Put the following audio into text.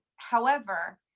however,